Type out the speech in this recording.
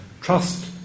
trust